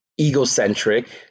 egocentric